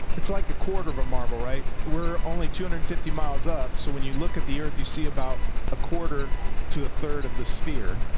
it's like a quarter of a marble, right? we're only two hundred and and fifty miles up. so when you look at the earth, you see about a quarter to a third of the sphere.